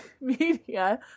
media